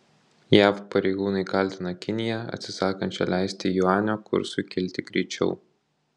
jav pareigūnai kaltina kiniją atsisakančią leisti juanio kursui kilti greičiau